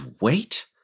wait